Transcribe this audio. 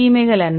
தீமைகள் என்ன